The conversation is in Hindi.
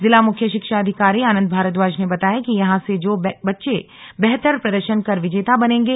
जिला मुख्य शिक्षा अधिकारी आनंद भारद्वाज ने बताया कि यहां से जो बच्चे बेहतर प्रदर्शन कर विजेता बनेंगै